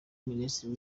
minisitiri